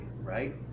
right